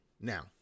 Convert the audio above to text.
Now